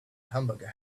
hamburger